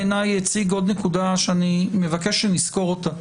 עידו הציג עוד נקודה שאני מבקש שנזכור אותה: